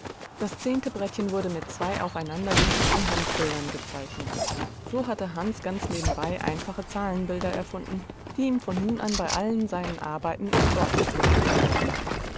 das zehnte brettchen wurde mit zwei aneinandergefügten handbildern gezeichnet so hatte hans ganz nebenbei einfache zahlenbilder erfunden die ihm von nun an bei allen seinen arbeiten als ordnungsmittel dienten